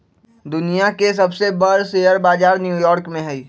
दुनिया के सबसे बर शेयर बजार न्यू यॉर्क में हई